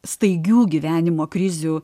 staigių gyvenimo krizių